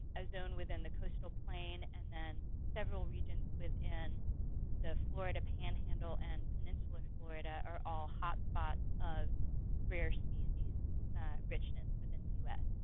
a zone within the coastal plain, and then several regions within the florida panhandle and peninsular florida are all hotspots of rare species richness within the u s.